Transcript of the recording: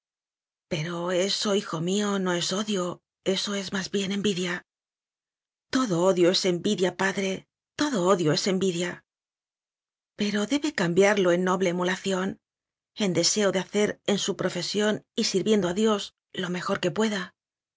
pero eso hijo mío eso no es odio eso es más bien envidia todo odio es envidia padre todo odio es envidia pero debe cambiarlo en noble emülación en deseo de hacer en su profesión y sir viendo a dios lo mejor que pueda